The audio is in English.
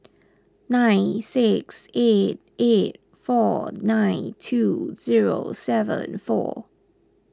nine six eight eight four nine two zero seven four